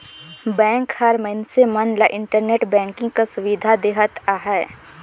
bank हर मइनसे मन ल इंटरनेट बैंकिंग कर सुबिधा देहत अहे